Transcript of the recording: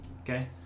Okay